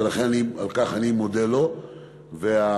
ולכן אני מודה לו על כך.